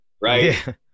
right